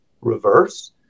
reverse